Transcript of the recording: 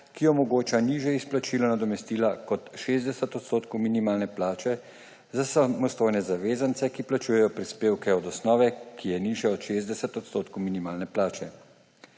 ki omogoča nižje izplačilo nadomestila kot 60 odstotkov minimalne plače za samostojne zavezance, ki plačujejo prispevke od osnove, ki je nižja od 60 odstotkov minimalne plače.